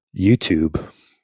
YouTube